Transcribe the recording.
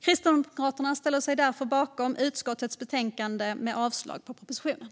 Kristdemokraterna ställer sig därför bakom utskottets förslag i betänkandet och yrkar avslag på propositionen.